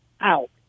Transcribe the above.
out